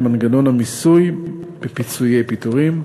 מנגנון המיסוי בפיצויי פיטורים,